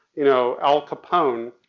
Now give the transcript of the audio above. you know, al capone,